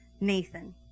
Nathan